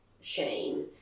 shame